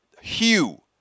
Hugh